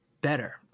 better